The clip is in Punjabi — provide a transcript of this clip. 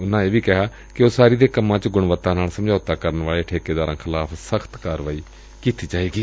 ਉਨੂਾਂ ਇਹ ਵੀ ਕਿਹਾ ਕਿ ਉਸਾਰੀ ਦੇ ਕੰਮਾਂ ਚ ਗੁਣਵੱਤਾ ਨਾਲ ਸਮਝੌਤਾ ਕਰਨ ਵਾਲੇ ਠੇਕੇਦਾਰਾਂ ਖਿਲਾਫ਼ ਸਖ਼ਤ ਕਾਰਵਾਈ ਕੀਤੀ ਜਾਏਗੀ